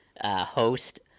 host